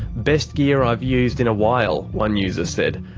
best gear i've used in a while, one user said.